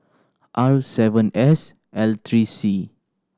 R seven S L three C